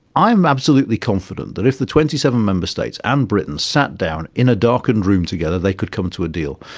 i am absolutely confident that if the twenty seven member states and britain sat down in a darkened room together they could come to a deal.